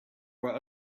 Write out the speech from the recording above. were